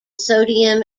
sodium